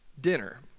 dinner